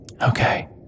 Okay